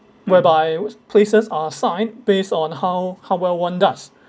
whereby places are assigned based on how how well one does